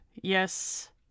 Yes